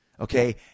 okay